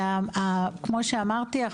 כמו שאמרתי,